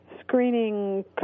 screening